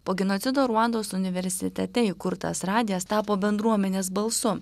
po genocido ruandos universitete įkurtas radijas tapo bendruomenės balsu